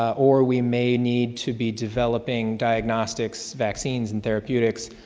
or we may need to be developing diagnostics, vaccines, and therapeutics.